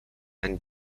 and